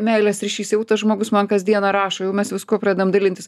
meilės ryšys jau tas žmogus man kas dieną rašo jau mes viskuo pradedam dalintis